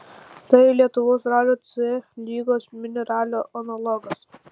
tai lietuvos ralio c lygos mini ralio analogas